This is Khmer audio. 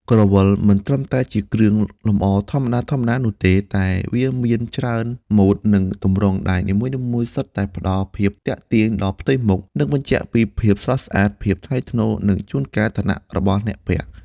ក្រវិលមិនត្រឹមតែជាគ្រឿងលម្អធម្មតាៗនោះទេ តែវាមានច្រើនម៉ូដ និងទម្រង់ ដែលនីមួយៗសុទ្ធតែផ្តល់ភាពទាក់ទាញដល់ផ្ទៃមុខ និងបញ្ជាក់ពីភាពស្រស់ស្អាត ភាពថ្លៃថ្នូរ និងជួនកាលឋានៈរបស់អ្នកពាក់។